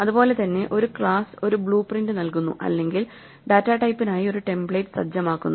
അതുപോലെ തന്നെ ഒരു ക്ലാസ് ഒരു ബ്ലൂ പ്രിന്റ് നൽകുന്നു അല്ലെങ്കിൽ ഡാറ്റാ ടൈപ്പിനായി ഒരു ടെംപ്ലേറ്റ് സജ്ജമാക്കുന്നു